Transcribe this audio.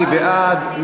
מי בעד?